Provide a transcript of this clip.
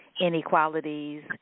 inequalities